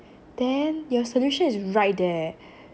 then your solution is right there